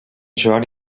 john